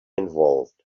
involved